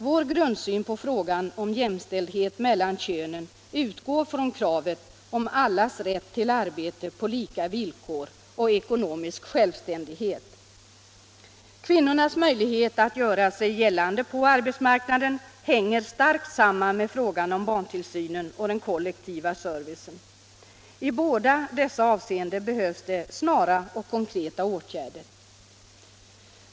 Vår grundsyn på frågan om jämställdhet mellan könen utgår från kravet om allas rätt till arbetets lika villkor och ekonomisk självständighet. Kvinnornas möjlighet att göra sig gällande på arbetsmarknaden hänger starkt samman med barntillsynen och den kollektiva servicen. I båda dessa avseenden behövs snara och 23 konkreta åtgärder.